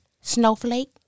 Snowflake